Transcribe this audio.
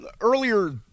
Earlier